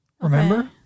Remember